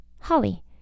Holly